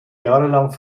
jahrelang